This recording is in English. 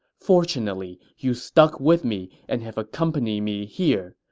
fortunately, you stuck with me and have accompanied me here.